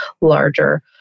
larger